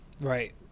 Right